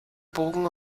bogen